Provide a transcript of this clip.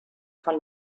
von